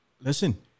listen